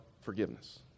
forgiveness